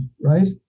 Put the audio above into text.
right